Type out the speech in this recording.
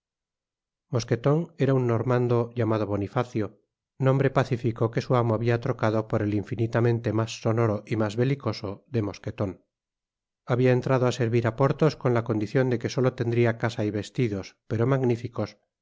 mosqueton era un normando llamado bonifacio nombre pacífico que su amo habia trocado por el infinitamente mas sonoro y mas belicoso de mosqueton habia entrado á servir á porthos con la condicion de que solo tendría casa y vestidos pero magníficos